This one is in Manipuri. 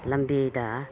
ꯂꯝꯕꯤꯗ